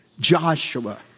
Joshua